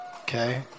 Okay